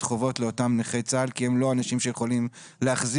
חובות לאותם נכי צה"ל כי הם לא אנשים שיכולים להחזיר?